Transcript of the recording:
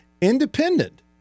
independent